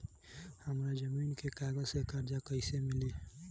हमरा जमीन के कागज से कर्जा कैसे मिली?